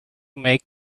make